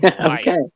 okay